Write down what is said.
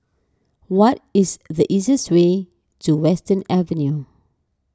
what is the easiest way to Western Avenue